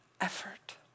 effort